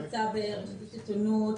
פרסום בעיתונות,